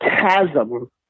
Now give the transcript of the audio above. chasm